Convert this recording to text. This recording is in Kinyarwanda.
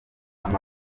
amafi